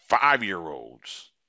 five-year-olds